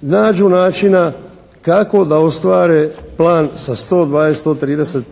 nađu načina kako da ostvare plan sa 120,